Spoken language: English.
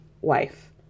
wife